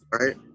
Right